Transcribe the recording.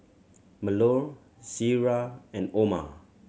Melur Syirah and Omar